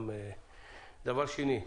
דבר שני,